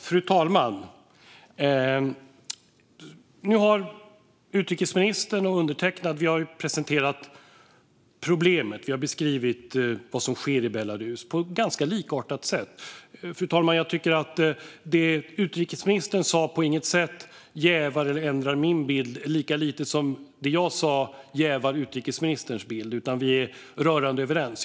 Fru talman! Utrikesministern och undertecknad har nu presenterat problemet. Vi har beskrivit vad som sker i Belarus på ett ganska likartat sätt. Jag tycker att det utrikesministern sa på intet sätt jävar eller ändrar min bild lika lite som det jag sa jävar utrikesministerns bild, utan vi är rörande överens.